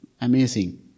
amazing